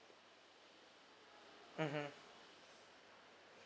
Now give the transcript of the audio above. mmhmm